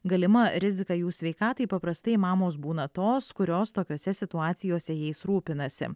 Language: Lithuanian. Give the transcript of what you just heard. galima rizika jų sveikatai paprastai mamos būna tos kurios tokiose situacijose jais rūpinasi